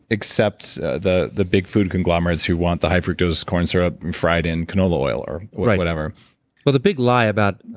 except the the big food conglomerates who want the high fructose and syrup and fried in canola oil, or whatever whatever well, the big lie about,